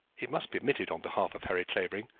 it must be admitted on behalf of harry clavering,